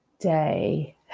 day